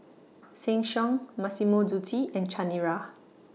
Sheng Siong Massimo Dutti and Chanira